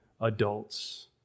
adults